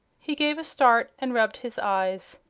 he gave a start and rubbed his eyes.